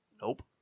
Nope